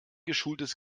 geschultes